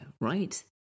right